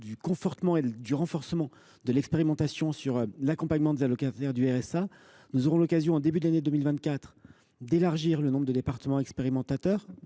le cadre du renforcement de l’expérimentation sur l’accompagnement des allocataires du RSA, nous aurons l’occasion en début d’année 2024 d’élargir le nombre de départements expérimentateurs,